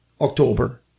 October